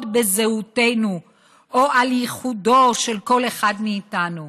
בזהותנו או על ייחודו של כל אחד מאיתנו".